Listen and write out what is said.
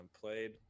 played